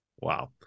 Wow